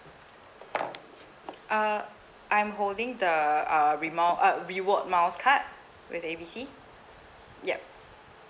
uh I'm holding the uh remile~ uh reward miles card with A B C yup